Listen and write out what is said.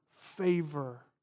favor